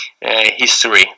history